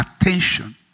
attention